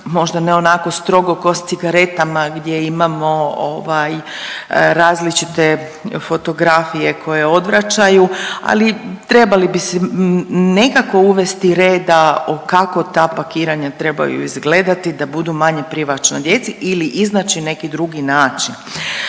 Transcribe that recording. možda ne onako strogo ko s cigaretama gdje imamo ovaj različite fotografije koje odvraćaju, ali trebali bi si nekako uvesti reda o kako ta pakiranja trebaju izgledati da budu manje privlačna djeci ili iznaći neki drugi način.